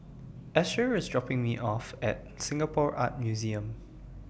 Asher IS dropping Me off At Singapore Art Museum